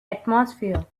atmosphere